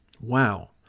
Wow